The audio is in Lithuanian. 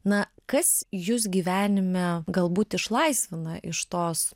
na kas jus gyvenime galbūt išlaisvina iš tos